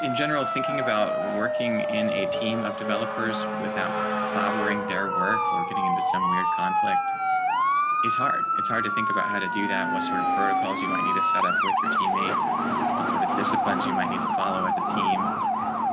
in general, thinking about working in a team of developers without clobbering their work or getting into some weird conflict. jeff terrell is hard. it's hard to think about how to do that. what sort of protocols, you might need to set up with your teammate. what sort of disciplines, you might need to follow as a team